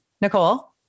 Nicole